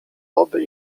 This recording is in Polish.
oby